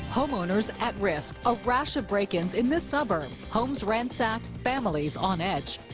homeowners at risk. a rash of break-ins in this suburb. homes ransacked, families on edge.